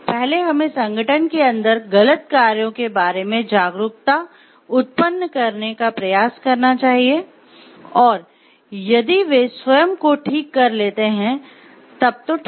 पहले हमें संगठन के अंदर गलत कार्यों के बारे में जागरूकता उत्पन्न करने का प्रयास करना चाहिए और यदि वे स्वयं को ठीक कर लेते हैं तब तो ठीक है